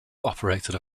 operated